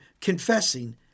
confessing